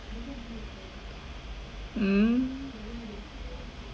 mm